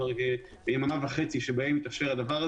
כלומר יממה וחצי שבהם יתאפשר הדבר הזה.